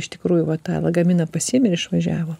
iš tikrųjų va tą lagaminą pasiėmė ir išvažiavo